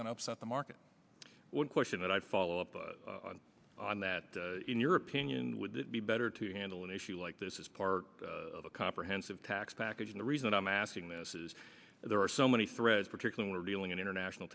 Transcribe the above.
going to upset the market would question and i follow up on that in your opinion would it be better to handle an issue like this is part of a comprehensive tax package and the reason i'm asking this is there are so many threads particular dealing in international